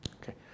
Okay